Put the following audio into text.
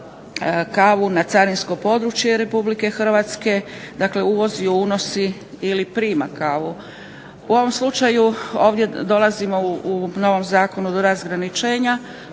kavu na carinsko područje RH, dakle uvozi, unosi ili prima kavu. U ovom slučaju ovdje dolazimo u novom zakonu do razgraničenja